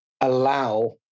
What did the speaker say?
allow